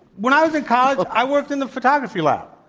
when i was in college, i worked in the photography lab.